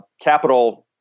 capital